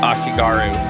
Ashigaru